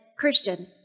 Christian